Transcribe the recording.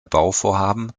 bauvorhaben